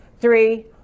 Three